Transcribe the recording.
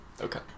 Okay